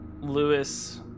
Lewis